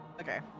Okay